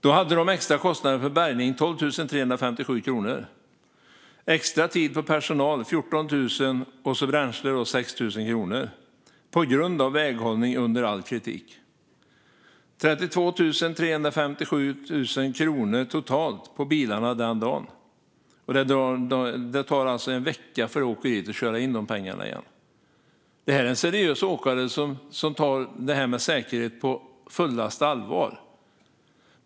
De hade då extrakostnader för bärgning på 12 357 kronor, för extratid för personal på 14 000 och för bränsle på 6 000 kronor, på grund av väghållning som var under all kritik. Det blev alltså totalt 32 357 kronor totalt för bilarna den dagen. Det tar en vecka för åkeriet att köra in de pengarna igen. Detta är en seriös åkare som tar säkerhet på fullaste allvar.